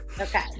Okay